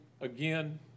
again